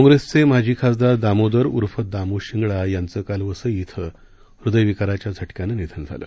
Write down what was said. काँग्रेसचे माजी खासदार दामोदर उर्फ दामू शिंगडा यांचं काल वसई ॐ हृदय विकाराच्या झटक्यानं निधन झालं